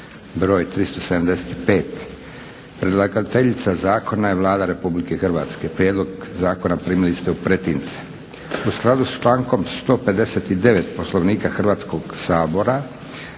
br. 375; Predlagateljica zakona je Vlada Republike Hrvatske. Prijedlog zakona primili ste u pretince. U skladu s člankom 159. Poslovnika Hrvatskog sabora